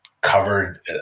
covered